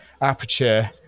aperture